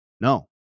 no